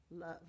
Love